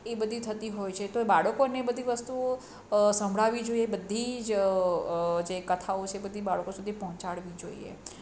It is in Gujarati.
એ બધી થતી હોય છે તો એ બાળકોને એ બધી વસ્તુઓ સંભળાવી જોઈએ બધી જ જે કથાઓ છે એ બધી બાળકો સુધી પહોંચાડવી જોઈએ